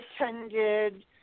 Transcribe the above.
attended